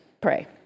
pray